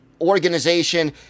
organization